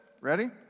ready